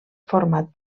format